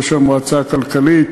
יושב-ראש המועצה הלאומית לכלכלה,